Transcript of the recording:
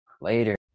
Later